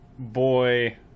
Boy